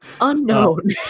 Unknown